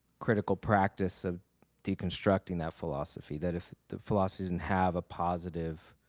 critical practice of deconstructing that philosophy, that if the philosophy didn't have a positive